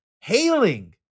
hailing